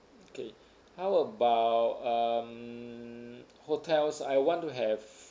okay how about um hotels I want to have